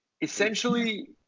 Essentially